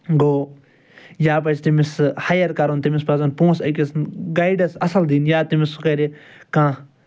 گوٚو یا پَزِ تٔمِس ہَیَر کَرُن تٔمِس پَزَن پونٛسہٕ أکِس گایڈَس اصٕل دِنۍ یا تٔمِس سُہ کَرِ کانٛہہ